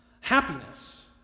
Happiness